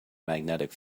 magnetic